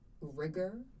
rigor